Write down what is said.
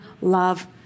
love